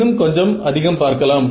இன்னும் கொஞ்சம் அதிகம் பார்க்கலாம்